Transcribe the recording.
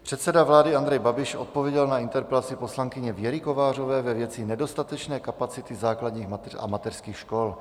Předseda vlády Andrej Babiš odpověděl na interpelaci poslankyně Věry Kovářové ve věci nedostatečné kapacity základních a mateřských škol.